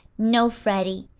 no, freddie,